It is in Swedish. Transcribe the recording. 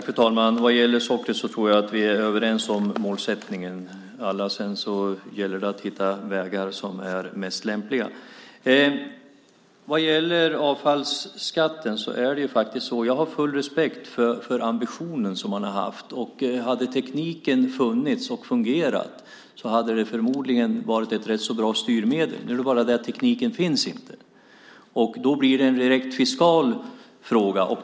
Fru talman! Vad gäller sockret tror jag att vi är överens om målsättningen. Sedan gäller det att hitta de vägar som är mest lämpliga. Vad gäller avfallsskatten har jag full respekt för den ambition som man har haft. Hade tekniken funnits och fungerat hade det förmodligen varit ett rätt så bra styrmedel. Men tekniken finns inte. Det blir en direkt fiskal fråga.